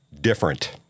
different